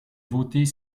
voter